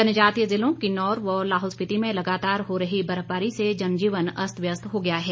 जनजातीय जिलों किन्नौर व लाहौल स्पीति में लगातार हो रही बर्फबारी से जनजीवन अस्त व्यस्त हो गया है